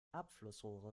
abflussrohre